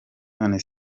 none